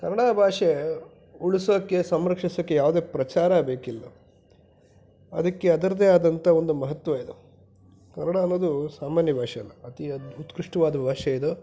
ಕನ್ನಡ ಭಾಷೇ ಉಳಿಸೋಕೆ ಸಂರಕ್ಷಿಸೋಕೆ ಯಾವುದೇ ಪ್ರಚಾರ ಬೇಕಿಲ್ಲ ಅದಕ್ಕೆ ಅದ್ರದ್ದೇ ಆದಂಥ ಒಂದು ಮಹತ್ವ ಇದು ಕನ್ನಡ ಅನ್ನೋದು ಸಾಮಾನ್ಯ ಭಾಷೆಯಲ್ಲ ಅತಿ ಅದ್ಭ್ ಉತ್ಕೃಷ್ಟವಾದ ಭಾಷೆ ಇದು